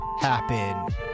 happen